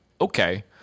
okay